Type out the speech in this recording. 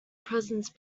presence